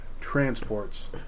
transports